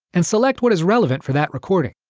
and select what is relevant for that recording.